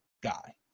guy